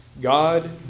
God